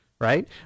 Right